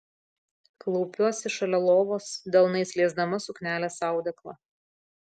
klaupiuosi šalia lovos delnais liesdama suknelės audeklą